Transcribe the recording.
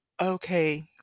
Okay